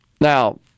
Now